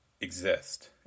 exist